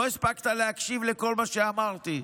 לא הספקת להקשיב לכל מה שאמרתי,